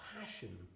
passion